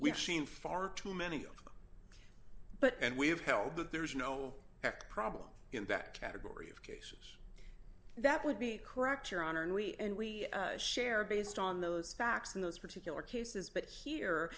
we've seen far too many but and we have held that there is no after problem in that category of that would be correct your honor and we and we share based on those facts in those particular cases but here